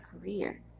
career